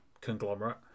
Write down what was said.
conglomerate